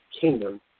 kingdom